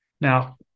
Now